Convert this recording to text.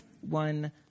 one